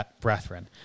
brethren